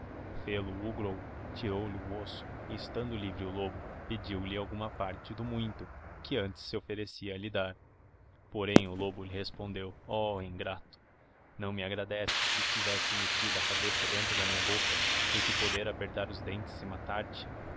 o grou tirou-lhe o osso e estando iire o lobo pedioihe alguma parte do muito que antes se offerecia a lhe dar porém o lobo lhe respondeo oh ingrato não me agradeces que te tivesse meltida a cabeça dentro na minha boca e que poderá apertar os dentes e